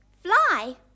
Fly